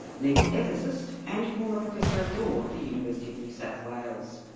legal ethicist and former professor of law at the university of new south wales.